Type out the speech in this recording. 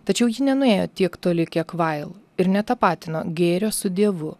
tačiau ji nenuėjo tiek toli kiek vail ir netapatino gėrio su dievu